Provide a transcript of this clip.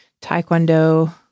Taekwondo